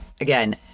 Again